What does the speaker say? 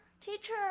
teacher